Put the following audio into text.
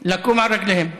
לקום על רגליהם.